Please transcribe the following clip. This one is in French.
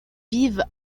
vivent